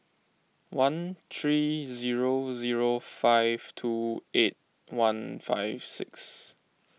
one three zero zero five two eight one five six